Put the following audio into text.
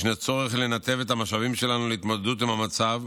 ישנו צורך לנתב את המשאבים שלנו להתמודדות עם המצב,